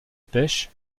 pêche